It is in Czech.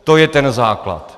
To je ten základ.